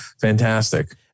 fantastic